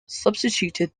substituted